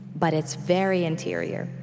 but it's very interior.